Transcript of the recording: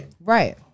right